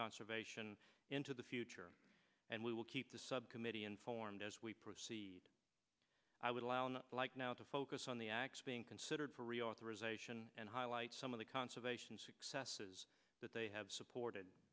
conservation into the future and we will keep the sub miti informed as we proceed i would allow no like now to focus on the acts being considered for reauthorization and highlight some of the conservation successes that they have supported